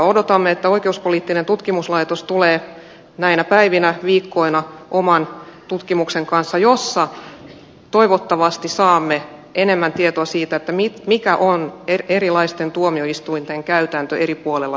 odotamme että oikeuspoliittinen tutkimuslaitos tulee näinä päivinä viikkoina oman tutkimuksen kanssa jossa toivottavasti saamme enemmän tietoa siitä mikä on erilaisten tuomioistuinten käytäntö eri puolilla suomea